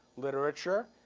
literature,